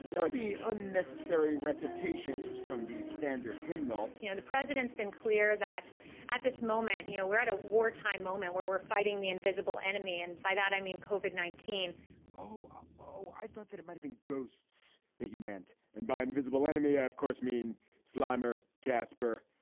are the unnecessary recitations from the standard hymnal? can the president's been clear that at this moment, you know, we're at a wartime moment where we're fighting the invisible enemy. and by that i mean kovik, nineteen oh oh oh i thought that it might have been ghosts that you meant. and by invisible enemy, i, of course, mean slimer casper.